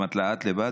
אמרתי לה: את לבד?